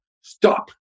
stop